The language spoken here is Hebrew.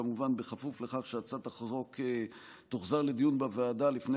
כמובן בכפוף לכך שהצעת החוק תוחזר לדיון בוועדה לפני